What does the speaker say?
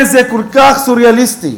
זה כל כך סוריאליסטי,